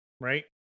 right